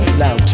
now